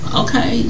okay